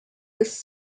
this